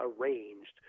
arranged